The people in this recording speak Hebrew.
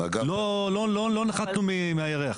לא נחתנו מהירח.